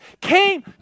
came